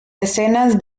decenas